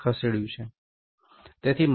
મી ખસેડ્યું છે